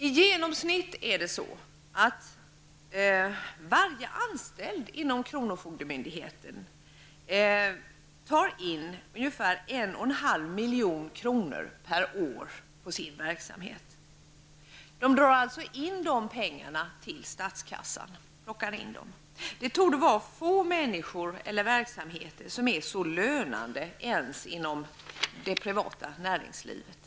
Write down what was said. I genomsnitt tar varje anställd inom kronofogdemyndigheten in ungefär 1,5 milj.kr. per år på sin verksamhet. De drar således in dessa pengar till statskassan. Det torde vara få människor eller verksamheter som är så lönande, ens inom det privata näringslivet.